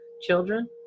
Children